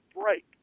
break